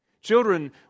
Children